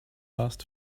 fast